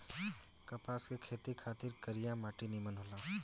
कपास के खेती खातिर करिया माटी निमन होला